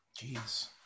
Jeez